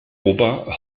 ober